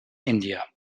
india